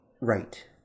Right